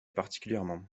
particulièrement